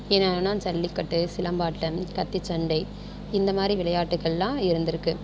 என்னென்னனா ஜல்லிக்கட்டு சிலம்பாட்டம் கத்திச் சண்டை இந்த மாதிரி விளையாட்டுக்களளெலாம் இருந்துருக்குது